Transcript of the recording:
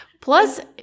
Plus